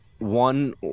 One